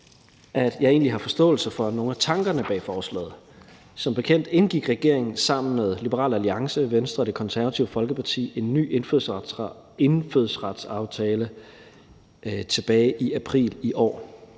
at jeg egentlig har forståelse for nogle af tankerne bag forslaget. Som bekendt indgik regeringen sammen med Liberal Alliance, Venstre og Det Konservative Folkeparti en ny indfødsretsaftale tilbage i april i år,